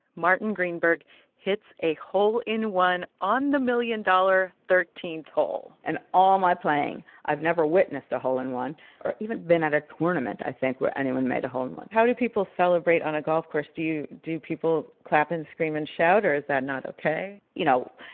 martin greenberg hits a hole in one on the million-dollar thirteenth hole in and all my playing, i've never witnessed a hole in one or even been at a tournament, i think, where anyone made a hole in one how do people celebrate on a golf course? do you do people clap and scream and shout, or is that not ok? you know,